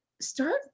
start